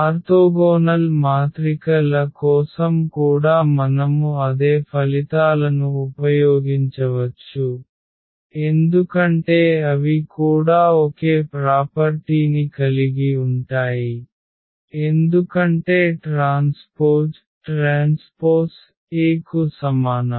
orthogonal మాత్రిక ల కోసం కూడా మనము అదే ఫలితాలను ఉపయోగించవచ్చు ఎందుకంటే అవి కూడా ఒకే ప్రాపర్టీని కలిగి ఉంటాయి ఎందుకంటే ట్రాన్స్పోజ్ A కు సమానం